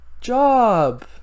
job